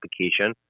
application